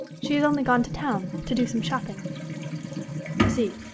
she has only gone to town, to do some shopping i see.